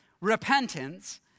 repentance